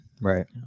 Right